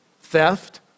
theft